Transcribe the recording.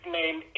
name